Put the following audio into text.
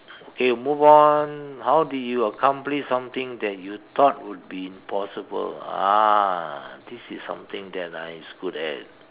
K move on how did you accomplish something that you thought would be impossible ah this is something that I is good at